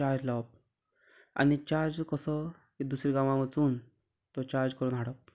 charge लावप आनी charge कसो की दुसऱ्या गांवां वचून तो चार्ज करून हाडप